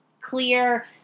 clear